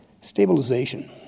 stabilization